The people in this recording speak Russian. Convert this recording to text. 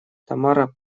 тамара